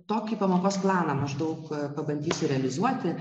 tokį pamokos planą maždaug pabandysiu realizuoti